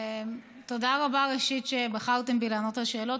תודה רבה, ראשית, שבחרתם בי לענות על שאלות.